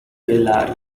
della